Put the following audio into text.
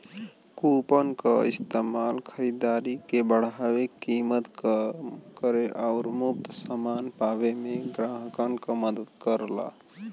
coupon क इस्तेमाल खरीदारी के बढ़ावे, कीमत कम करे आउर मुफ्त समान पावे में ग्राहकन क मदद करला